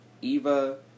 Eva